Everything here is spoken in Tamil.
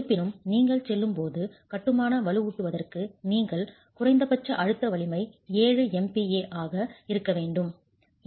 இருப்பினும் நீங்கள் செல்லும் போது கட்டுமான வலுவூட்டுவதற்கு நீங்கள் குறைந்தபட்ச அழுத்த வலிமை 7 MPa ஆக இருக்க வேண்டும்